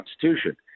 Constitution